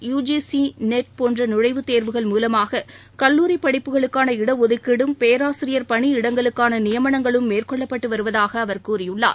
U G C NET போன்ற நுழைவுத் தேர்வுகள் மூலமாக கல்லூரி படிப்புகளுக்கான இடஒதுக்கீடும் பேராசிரியர் பனி இடங்களுக்கான நியமனங்களும் மேற்கொள்ளப்பட்டு வருவதாக அவர் கூறியுள்ளார்